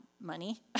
money